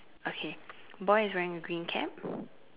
okay boy is wearing a green cap